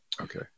Okay